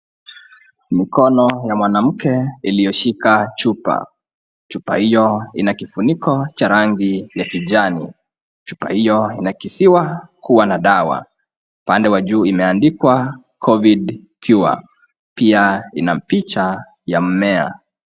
Mkono ya mwanamke iliyoshika chupa; chupa hiyo ina kifuniko cha rangi ya kijani. Chupa hiyo inakisiwa kuwa na dawa; pande wa juu imeandikwa COVID Cure, pia ina picha ya mmea.